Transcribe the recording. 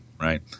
right